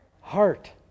heart